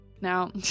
Now